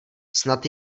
snad